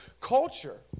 culture